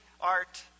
Art